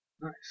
Nice